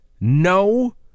No